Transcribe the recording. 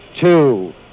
two